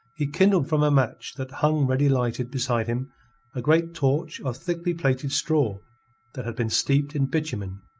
he kindled from a match that hung ready lighted beside him a great torch of thickly plaited straw that had been steeped in bitumen.